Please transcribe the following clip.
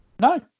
No